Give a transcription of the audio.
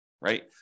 right